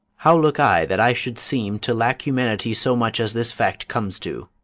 how look i that i should seem to lack humanity so much as this fact comes to?